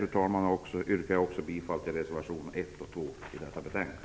Med detta, fru talman, yrkar jag bifall till reservationerna 1 och 2 till detta betänkande.